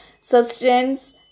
substance